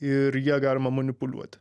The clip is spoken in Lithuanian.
ir ja galima manipuliuoti